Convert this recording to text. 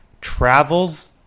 travels